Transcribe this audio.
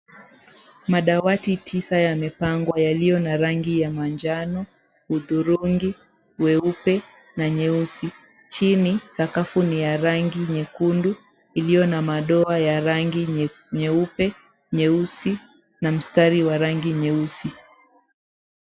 Madawati tisa yamepangwa yaliyo na rangi ya manjano ,udhurungi, weupe na nyeusi. Chini sakafu ni ya rangi nyekundu iliyo na madoa ya rangi nyeupe, nyeusi na mstari wa rangi nyeusi.